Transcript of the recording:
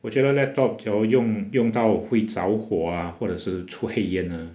我觉得 laptop 只要用用到会着火 ah 或者是出黑烟 ah